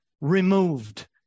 removed